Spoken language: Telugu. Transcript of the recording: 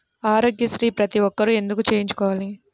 ఆరోగ్యశ్రీ ప్రతి ఒక్కరూ ఎందుకు చేయించుకోవాలి?